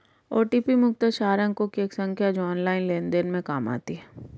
OTP मुख्यतः चार अंकों की एक संख्या है जो ऑनलाइन लेन देन में काम आती है